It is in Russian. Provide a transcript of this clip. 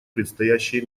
предстоящие